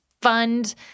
fund